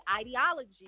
ideology